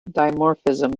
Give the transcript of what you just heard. dimorphism